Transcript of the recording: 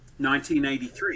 1983